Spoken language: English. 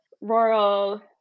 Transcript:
rural